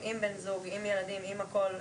ליישם בצורה אחראית ומקצועית את הצו של שרת הכלכלה.